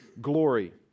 glory